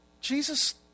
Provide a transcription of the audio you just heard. Jesus